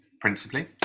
principally